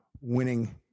winning